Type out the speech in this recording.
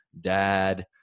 dad